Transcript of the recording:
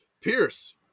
Pierce